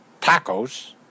tacos